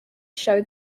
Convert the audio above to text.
showed